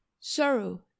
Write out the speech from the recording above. sorrow